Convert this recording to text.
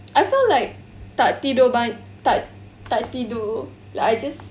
I felt like tak tidur ban~ tak tak tidur like I just